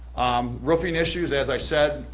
um roofing issues, as i said,